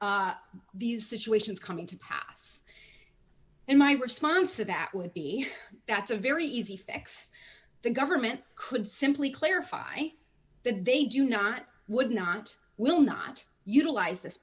these situations coming to pass and my response to that would be that's a very easy fix the government could simply clarify that they do not would not will not utilize this